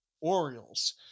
Orioles